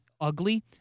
ugly